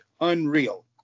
unreal